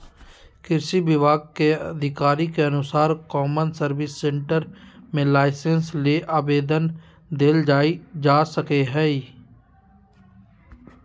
कृषि विभाग के अधिकारी के अनुसार कौमन सर्विस सेंटर मे लाइसेंस ले आवेदन देल जा सकई हई